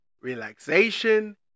relaxation